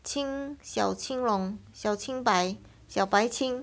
青小青龙小青白小白青